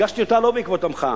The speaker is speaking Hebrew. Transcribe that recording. הגשתי אותה לא בעקבות המחאה,